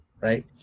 right